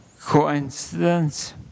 Coincidence